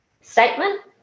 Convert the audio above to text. statement